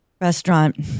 restaurant